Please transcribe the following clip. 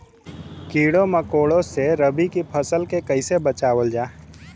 कीड़ों मकोड़ों से रबी की फसल के कइसे बचावल जा?